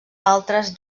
altres